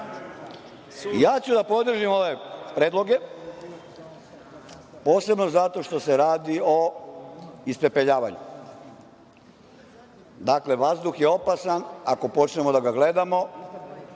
prodali. Podržaću ove predloge, posebno zato što se radi o ispepeljavanju. Dakle, vazduh je opasan ako počnemo da ga gledamo